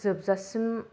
जोबजासिम